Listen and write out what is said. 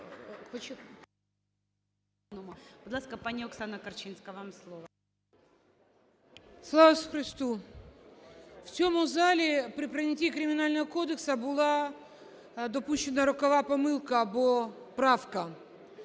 Слава Ісусу Хисту. В цьому залі при прийнятті Кримінального кодексу була допущена рокова помилка або правка,